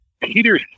Peter